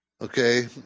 okay